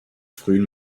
frühen